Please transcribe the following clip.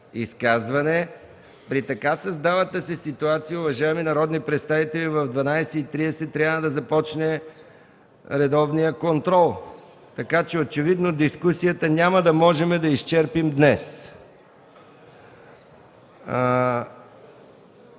изказване. При така създалата се ситуация, уважаеми народни представители, в 12,30 ч. трябва да започне редовният контрол. Така че очевидно дискусията няма да можем да я изчерпим днес.